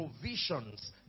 provisions